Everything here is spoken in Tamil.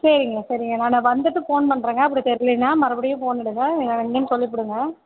சரிங்க சரிங்க நான் வந்துட்டு ஃபோன் பண்ணுறேங்க அப்படி தெரிலேனா மறுபடியும் ஃபோன் எடுங்க நீங்கள் எங்கேன்னு சொல்லிவிடுங்க